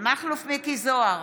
מכלוף מיקי זוהר,